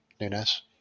Nunes